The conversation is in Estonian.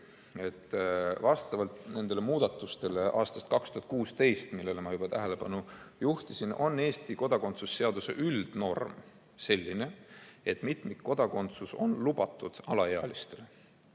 et vastavalt nendele muudatustele aastast 2016, millele ma juba tähelepanu juhtisin, on Eesti kodakondsuse seaduse üldnorm selline, et mitmikkodakondsus on lubatud alaealistele.